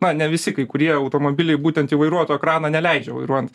na ne visi kai kurie automobiliai būtent į vairuotojo ekraną neleidžia vairuojan